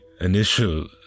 initial